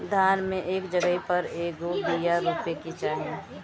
धान मे एक जगही पर कएगो बिया रोपे के चाही?